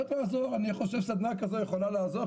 אני חושב שסדנה כזאת יכולה לעזור.